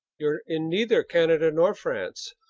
you're in neither canada nor france,